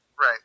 Right